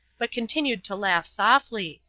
but continued to laugh softly,